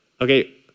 okay